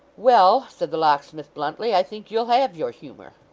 well, said the locksmith bluntly, i think you'll have your humour